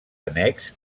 annex